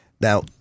Now